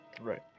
Right